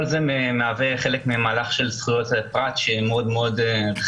כל זה מהווה לק ממהלך של זכויות פרט שהן רחבות.